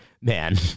man